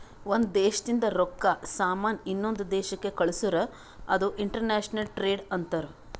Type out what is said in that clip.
ಒಂದ್ ದೇಶದಿಂದ್ ರೊಕ್ಕಾ, ಸಾಮಾನ್ ಇನ್ನೊಂದು ದೇಶಕ್ ಕಳ್ಸುರ್ ಅದು ಇಂಟರ್ನ್ಯಾಷನಲ್ ಟ್ರೇಡ್ ಅಂತಾರ್